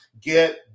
get